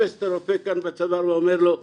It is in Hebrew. ותופס את הרופא כאן בצוואר ואומר לו: